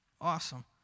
Awesome